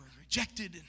rejected